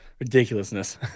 Ridiculousness